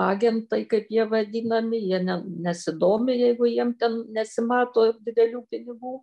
agentai kaip jie vadinami jie ne nesidomi jeigu jiem ten nesimato didelių pinigų